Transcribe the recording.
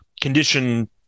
condition